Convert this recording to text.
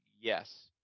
yes